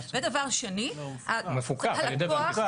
ודבר שני, הוא מפוקח על ידי בנק ישראל.